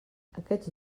aquests